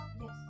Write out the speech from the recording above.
Yes